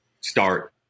start